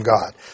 God